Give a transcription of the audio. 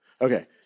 Okay